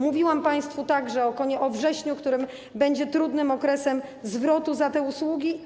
Mówiłam państwu także o wrześniu, który będzie trudnym okresem zwrotu za te usługi.